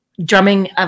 drumming